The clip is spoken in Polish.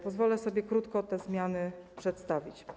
Pozwolę sobie krótko te zmiany przedstawić.